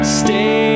stay